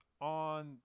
on